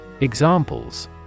Examples